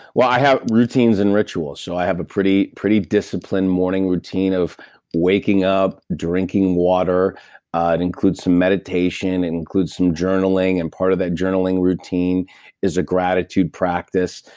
well, i have routines and rituals. so, i have a pretty pretty disciplined morning routine of waking up, drinking water. ah it includes some meditation. it and includes some journaling and part of that journaling routine is a gratitude practice.